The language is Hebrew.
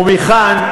ומכאן,